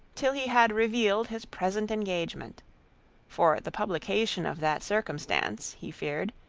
till he had revealed his present engagement for the publication of that circumstance, he feared,